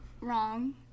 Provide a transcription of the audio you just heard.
wrong